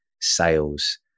sales